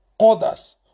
others